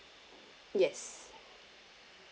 yes